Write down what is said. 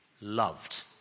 Loved